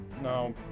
No